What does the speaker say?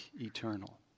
eternal